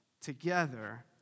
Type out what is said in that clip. together